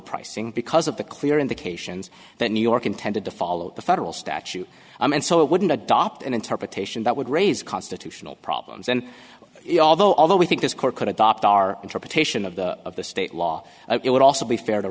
pricing because of the clear indications that new york intended to follow the federal statute and so it wouldn't adopt an interpretation that would raise constitutional problems and although although we think this court could adopt our interpretation of the of the state law it would also be fair to